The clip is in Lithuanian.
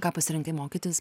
ką pasirinkai mokytis